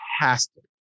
Fantastic